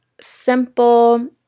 simple